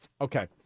Okay